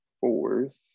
fourth